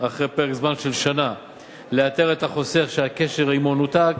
אחרי פרק זמן של שנה לאתר את החוסך שהקשר אתו נותק